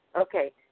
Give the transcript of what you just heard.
Okay